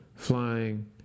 Flying